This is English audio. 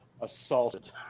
assaulted